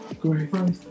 Great